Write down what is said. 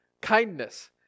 kindness